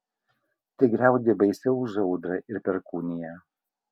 tai griaudė baisiau už audrą ir perkūniją